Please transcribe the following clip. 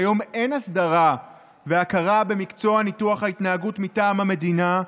כיום אין הסדרה והכרה במקצוע ניתוח ההתנהגות מטעם המדינה,